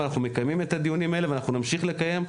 אנחנו מקיימים את הדיונים האלה ונמשיך לקיים,